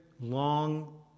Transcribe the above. long